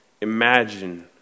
imagine